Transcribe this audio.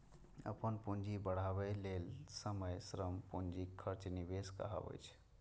अपन पूंजी के बढ़ाबै लेल समय, श्रम, पूंजीक खर्च निवेश कहाबै छै